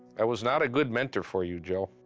i was not a good mentor for you, joe.